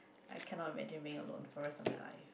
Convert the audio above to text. I cannot imagine being alone for rest of my life